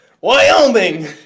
Wyoming